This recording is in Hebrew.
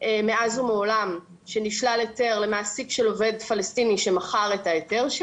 מאז ומעולם שנשלל היתר למעסיק של עובד פלסטיני שמכר את ההיתר.